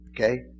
Okay